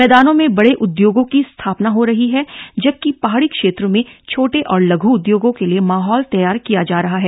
मैदानों में बडे उद्योगों की स्थापना हो रही है जबकि पहाड़ी क्षेत्रों में छोटे और लघु उद्योंगों के लिए माहौल तैयार किया जा रहा है